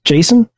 Jason